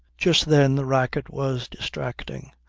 just then the racket was distracting,